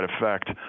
effect